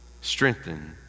strengthen